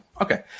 okay